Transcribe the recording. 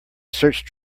search